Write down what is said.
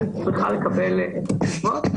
אז היא צריכה לקבל תשובות.